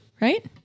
Right